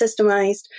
systemized